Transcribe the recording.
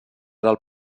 del